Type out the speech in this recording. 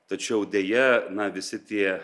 tačiau deja na visi tie